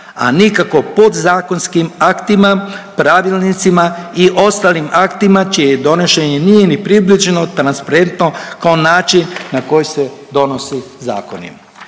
a nikako podzakonskim aktima, pravilnicima i ostalim aktima čije donošenje nije ni približno transparentno kao način na koji se donose zakoni.